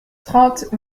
trente